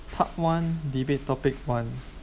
part one debate topic one